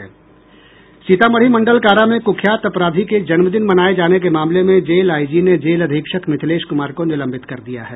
सीतामढ़ी मंडल कारा में कुख्यात अपराधी के जन्मदिन मनाये जाने के मामले में जेल आईजी ने जेल अधीक्षक मिथिलेश कुमार को निलंबित कर दिया है